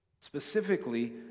Specifically